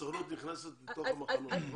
הסוכנות תיכנס לתוך המחנות.